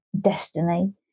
Destiny